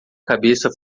cabeça